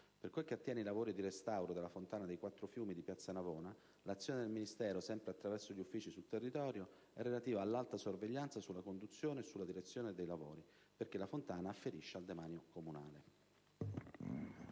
Per quanto attiene ai lavori di restauro della fontana dei Quattro fiumi di piazza Navona, l'azione del Ministero, sempre attraverso gli uffici sul territorio, è relativa all'alta sorveglianza sulla conduzione e sulla direzione dei lavori, poiché la fontana afferisce al demanio comunale.